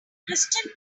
christian